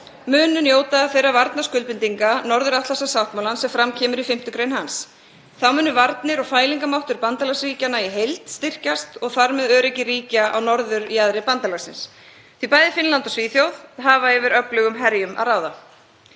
munu njóta þeirra varnarskuldbindinga Norður-Atlantshafssáttmálans sem fram kemur í 5. gr. hans. Þá munu varnir og fælingarmáttur bandalagsríkjanna í heild styrkjast og þar með öryggi ríkja á norðurjaðri bandalagsins, því bæði Finnland og Svíþjóð hafa yfir öflugum herjum að ráða.